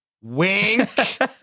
Wink